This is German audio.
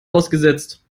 ausgesetzt